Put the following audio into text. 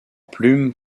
plume